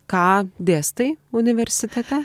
ką dėstai universitete